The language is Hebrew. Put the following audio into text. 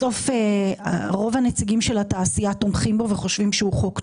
בסוף רוב הנציגים של התעשייה תומכים בו וחושבים שהוא חוק טוב.